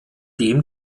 dem